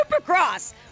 Supercross